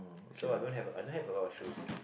so I don't have I don't have a lot of shoes